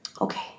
Okay